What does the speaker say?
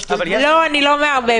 לא.